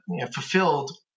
fulfilled